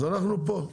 אז אנחנו פה.